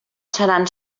seran